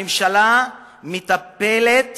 הממשלה מטפלת